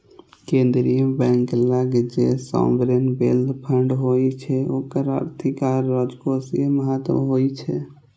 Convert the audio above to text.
केंद्रीय बैंक लग जे सॉवरेन वेल्थ फंड होइ छै ओकर आर्थिक आ राजकोषीय महत्व होइ छै